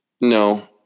No